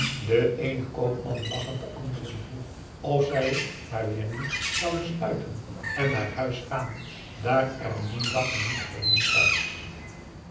de eene koopman lachend den anderen vroeg of zij maar weêr niet zouden sluiten en naar huis gaan daar er dien dag genoeg verdiend was